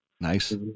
Nice